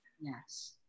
yes